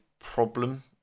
Problem